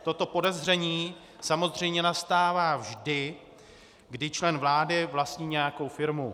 Toto podezření samozřejmě nastává vždy, kdy člen vlády vlastní nějakou firmu.